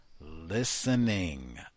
listening